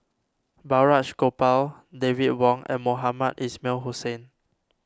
Balraj Gopal David Wong and Mohamed Ismail Hussain